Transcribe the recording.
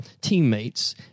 teammates